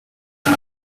out